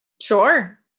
Sure